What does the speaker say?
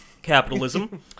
Capitalism